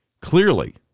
clearly